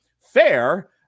fair